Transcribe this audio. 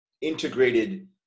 integrated